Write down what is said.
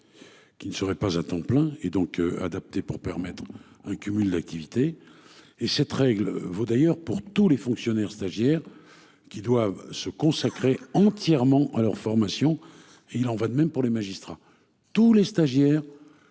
Qui ne serait pas à temps plein et donc adaptée pour permettre un cumul d'activité et cette règle vaut d'ailleurs pour tous les fonctionnaires stagiaires qui doivent se consacrer entièrement à leur formation et il en va de même pour les magistrats. Tous les stagiaires